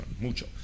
mucho